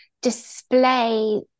display